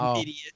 Idiot